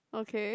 okay